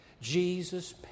Jesus